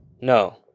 no